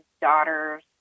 daughters